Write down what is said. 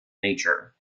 nature